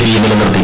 P നിലനിർത്തി